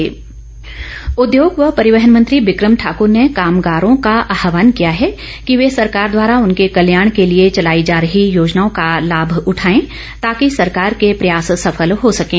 become Thakur उद्योग व परिवहन मंत्री बिक्रम ठाकुर ने कामगारों का आहवान किया है कि वह सरकार द्वारा उनके कल्याण के लिए चलाई जा रही योजनाओं का लाभ उठाएं ताकि सरकार के प्रयास सफल हो सकें